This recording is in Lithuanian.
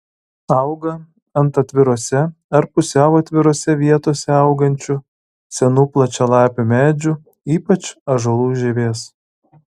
auga ant atvirose ar pusiau atvirose vietose augančių senų plačialapių medžių ypač ąžuolų žievės